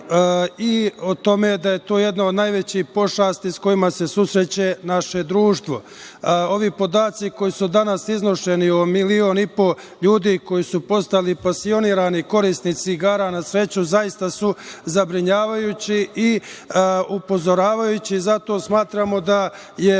i o tome da je to jedna od najvećih pošasti s kojima se susreće naše društvo. Ovi podaci koji su danas iznošeni o milion i po ljudi koji su postali pasionirani korisnici igara na sreću zaista su zabrinjavajući i upozoravajući. Zato smatramo da je